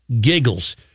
giggles